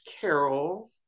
carol